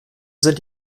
sind